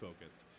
focused